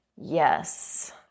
Yes